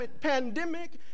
pandemic